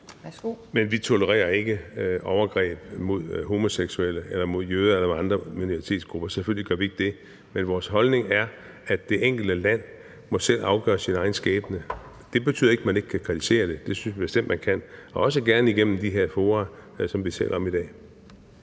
Men vi tolererer ikke overgreb mod homoseksuelle eller mod jøder eller mod andre minoritetsgrupper – selvfølgelig gør vi ikke det. Men vores holdning er, at det enkelte land selv må afgøre sin egen skæbne. Det betyder ikke, at man ikke kan kritisere det. Det synes vi bestemt man kan, også gerne igennem de her fora, som vi taler om i dag.